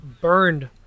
burned